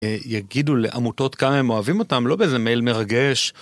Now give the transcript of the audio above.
יגידו לעמותות כמה הם אוהבים אותם, לא באיזה מייל מרגש.